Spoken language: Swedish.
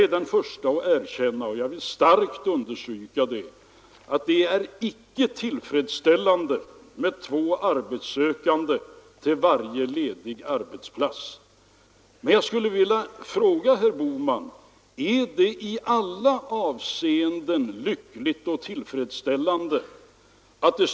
I sin förtvivlan åberopar herr Burenstam Linder Ingvar Carlsson och LO-ordföranden Gunnar Nilsson som kronvittnen på att han hos dem har förankring i avgörande politiska principiella funderingar och ställningstaganden.